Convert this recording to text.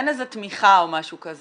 אין איזו תמיכה או משהו כזה,